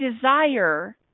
desire